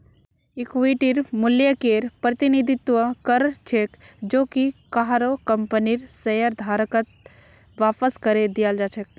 इक्विटीर मूल्यकेर प्रतिनिधित्व कर छेक जो कि काहरो कंपनीर शेयरधारकत वापस करे दियाल् जा छेक